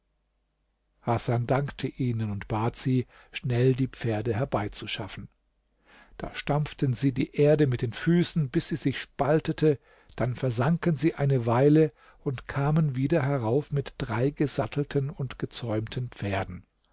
hasan dankte ihnen und bat sie schnell die pferde herbeizuschaffen da stampften sie die erde mit den füßen bis sie sich spaltete dann versanken sie eine weile und kamen wieder herauf mit drei gesattelten und gezäumten pferden